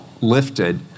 lifted